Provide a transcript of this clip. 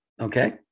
Okay